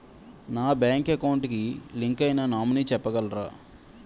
నా bank account కి link అయినా నామినీ చెప్పగలరా?